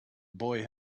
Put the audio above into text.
boy